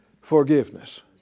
forgiveness